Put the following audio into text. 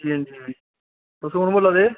तुस कुन्न बोल्ला दे